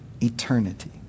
Eternity